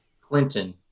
clinton